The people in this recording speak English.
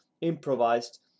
improvised